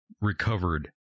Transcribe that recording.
recovered